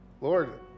Lord